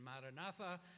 Maranatha